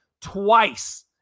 twice